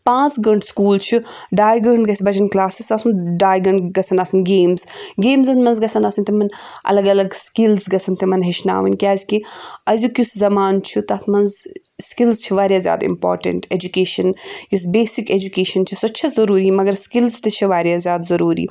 پانٛژھ گھٲنٛٹہٕ سکوٗل چھِ ڑھاے گھٲنٛٹہٕ گژھہِ بَچیٚن کٔلاسِز آسُن ڑھاے گھٲنٛٹہٕ گژھیٚن آسٕنۍ گیمٕز گیمزَن منٛز گژھیٚن آسٕنۍ تِمَن الگ الگ سِکلٕز گژھیٚن تِمَن ہیٚچھناوٕنۍ کیٛازکہِ اَزیٛک یُس زَمانہٕ چھُ تَتھ منٛز سِکلٕز چھِ واریاہ زیادٕ اِمپارٹیٚنٛٹ ایٚجوکیشَن یۄس بیسِک ایٚجوکیشَن چھِ سۄ چھِ ضروٗری مگر سِکلٕز تہِ چھِ واریاہ زیادٕ ضروٗری